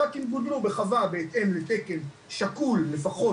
רק אם גודלו בחווה בהתאם לתקן שקול לפחות